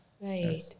Right